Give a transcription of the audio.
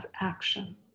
action